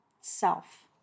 self